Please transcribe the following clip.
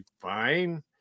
fine